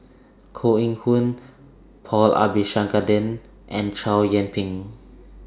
Koh Eng Hoon Paul Abisheganaden and Chow Yian Ping